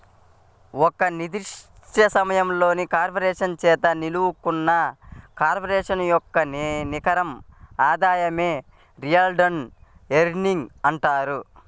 ఒక నిర్దిష్ట సమయంలో కార్పొరేషన్ చేత నిలుపుకున్న కార్పొరేషన్ యొక్క నికర ఆదాయమే రిటైన్డ్ ఎర్నింగ్స్ అంటారు